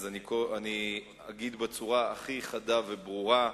אני אגיד בצורה הכי חדה וברורה,